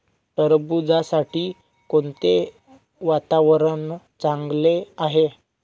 टरबूजासाठी कोणते वातावरण चांगले आहे?